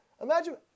Imagine